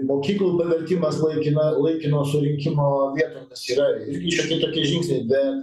mokyklų pavertimas laikina laikino surinkimo vietomis yra irgi šioki toki žingsniai bet